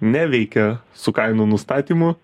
neveikia su kainų nustatymu